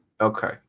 Okay